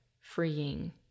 freeing